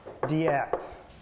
dx